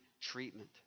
treatment